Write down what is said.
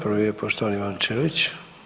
Prvi je poštovani Ivan Ćelić.